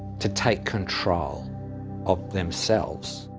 to take control of themselves.